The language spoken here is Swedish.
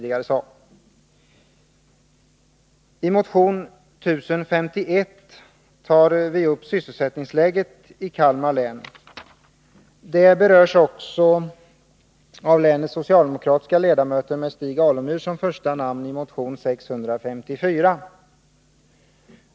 I motion 1051 tar vi upp sysselsättningsläget i Kalmar län. Det berörs också av länets socialdemokratiska ledamöter med Stig Alemyr som första namn i motion 654.